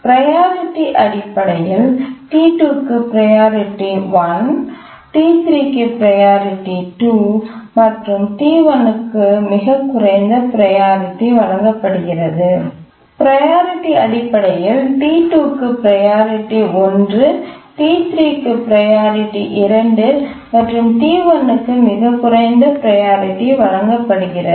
priority அடிப்படையில் T2 க்கு priority 1 T3 க்கு ப்ரையாரிட்டி 2 மற்றும் T1 க்கு மிகக் குறைந்த ப்ரையாரிட்டி வழங்கப்படுகிறது